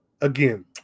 again